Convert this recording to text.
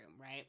right